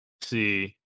See